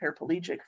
paraplegic